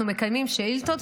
אנחנו מקיימים שאילתות,